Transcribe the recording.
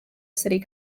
city